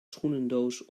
schoenendoos